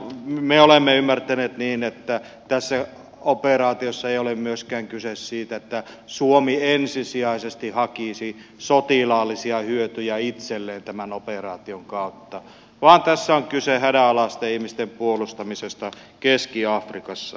me olemme ymmärtäneet niin että tässä operaatiossa ei ole myöskään kyse siitä että suomi ensisijaisesti hakisi sotilaallisia hyötyjä itselleen tämän operaation kautta vaan tässä on kyse hädänalaisten ihmisten puolustamisesta keski afrikassa